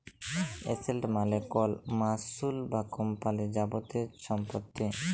asset মালে কল মালুস বা কম্পালির যাবতীয় ছম্পত্তি